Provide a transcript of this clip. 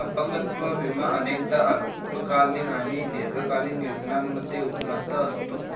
अपंगत्व विमा अनेकदा अल्पकालीन आणि दीर्घकालीन योजनांमध्ये उपलब्ध असतो